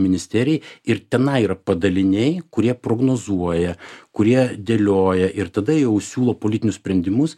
ministerijai ir tenai yra padaliniai kurie prognozuoja kurie dėlioja ir tada jau siūlo politinius sprendimus